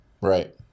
Right